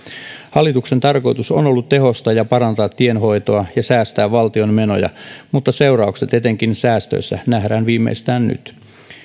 hallituksen tarkoitus on on ollut tehostaa ja parantaa tienhoitoa ja säästää valtion menoja mutta seuraukset etenkin säästöistä nähdään viimeistään nyt